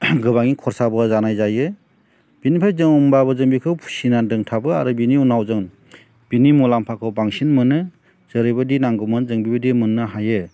गोबाङै खरसाबो जानाय जायो बिनिफ्राय जों होमब्लाबो जों बेखौ फिनानै दोनथाबो आरो बिनि उनाव जों बिनि मुलामफाखौ बांसिन मोनो जेरैबायदि नांगौमोन जों बेबायदि मोननो हायो